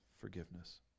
forgiveness